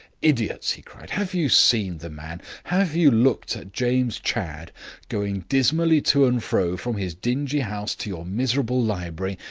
idiots! he cried. have you seen the man? have you looked at james chadd going dismally to and fro from his dingy house to your miserable library,